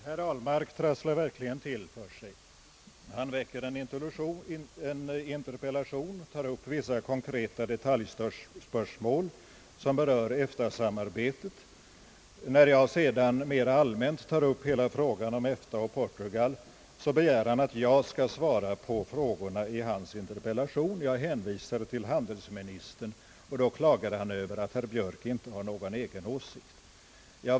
Herr talman! Herr Ahlmark trasslar verkligen till det för sig. Han väcker en interpellation, där han tar upp vissa konkreta detaljspörsmål som = berör EFTA-samarbetet. När jag sedan mera allmänt tar upp hela frågan om EFTA och Portugal begär han, att jag skall svara på frågorna i hans interpellation. Jag hänvisar därvid till handelsministern, och då klagar herr Ahlmark över att jag inte skulle ha någon egen åsikt.